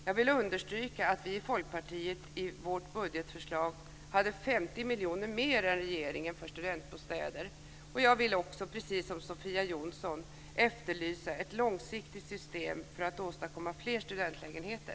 Jag vill understryka att vi i Folkpartiet i vårt budgetförslag hade 50 miljoner mer än regeringen för studentbostäder. Jag vill också, precis som Sofia Jonsson, efterlysa ett långsiktigt system för att åstadkomma fler studentlägenheter.